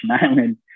Island